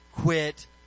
quit